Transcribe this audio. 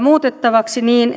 muutettavaksi niin